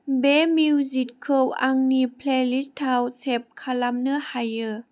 बे मिउजिकखौ आंनि प्लेलिस्टाव सेभ खालामनो हायो